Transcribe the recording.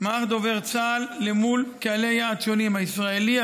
מערך דובר צה"ל למול קהלי יעד שונים: הישראלי,